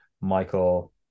Michael